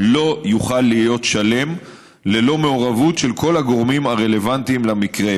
לא יוכל להיות שלם ללא מעורבות של כל הגורמים הרלוונטיים למקרה,